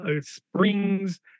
springs